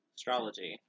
Astrology